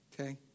Okay